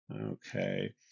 Okay